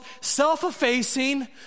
self-effacing